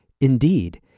Indeed